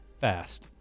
fast